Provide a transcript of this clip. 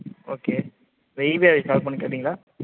okay EB office call பண்ணி கேட்டீங்களா